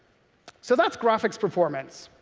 so that's graphics performance.